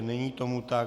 Není tomu tak.